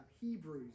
hebrews